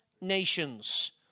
nations